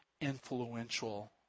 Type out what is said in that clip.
influential